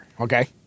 okay